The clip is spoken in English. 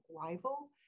rival